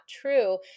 true